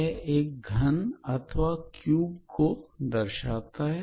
यह एक घनाभ अथवा क्युबॉइड है